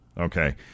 Okay